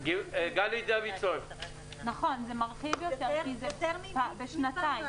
יותר מפעמיים בשנתיים